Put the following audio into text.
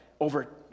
Over